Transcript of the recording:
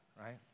right